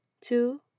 Two